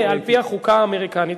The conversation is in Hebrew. וימנה על פי-החוקה האמריקנית,